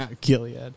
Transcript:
Gilead